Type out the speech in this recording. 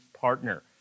partner